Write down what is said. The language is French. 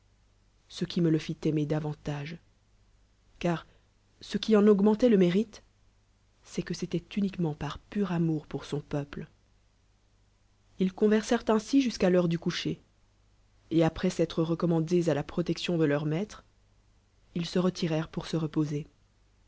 c qui me le fit aimer davantage car ce qui en augmentoit le mérite c'est que c'étoit uniquement par pur amour pour son peuple ils conversèrent ainsi jusqu'à l'heure du coucher et apr s s'être reomjdandés à la roteelion de leur malire il se relirèrent pour se reposer